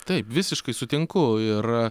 taip visiškai sutinku ir